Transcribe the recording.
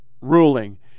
ruling